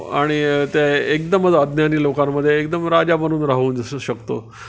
आणि ते एकदमच अज्ञानी लोकांमध्ये एकदम राजा बनून राहून जस शकतो